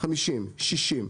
50, 60,